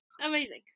Amazing